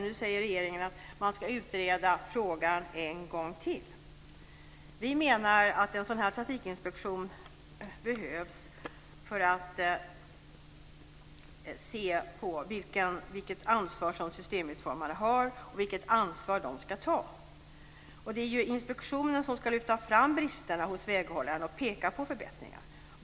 Nu säger regeringen att man ska utreda frågan en gång till. Vi menar att en sådan trafikinspektion behövs för att se på vilket ansvar som systemutformaren har och vilket ansvar som ska tas. Det är inspektionen som ska lyfta fram bristerna hos väghållaren och peka på förbättringar.